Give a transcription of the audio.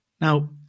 now